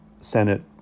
Senate